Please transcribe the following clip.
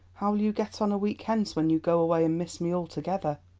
how will you get on a week hence when you go away and miss me altogether?